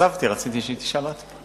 רציתי שהיא תשאל עוד פעם.